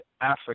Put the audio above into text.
Africa